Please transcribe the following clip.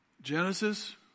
Genesis